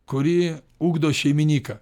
kuri ugdo šeiminyką